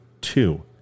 two